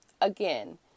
Again